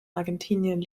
argentinien